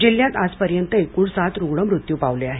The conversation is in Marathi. जिल्ह्यात आज पर्यंत एकुण सात रूग्ण मृत्यू पावले आहेत